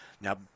Now